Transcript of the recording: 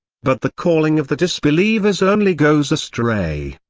but the calling of the disbelievers only goes astray.